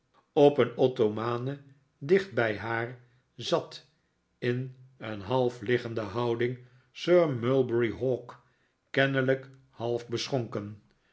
op een ottomane dicht bij haar zat in een halfliggende houding sir mulberry hawk kennelijk half beschonken